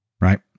right